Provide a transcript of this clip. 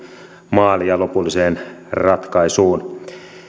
maaliin ja lopulliseen ratkaisuun